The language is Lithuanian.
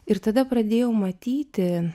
ir tada pradėjau matyti